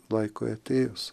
laikui atėjus